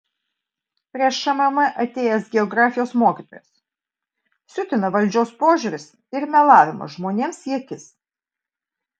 prie šmm atėjęs geografijos mokytojas siutina valdžios požiūris ir melavimas žmonėms į akis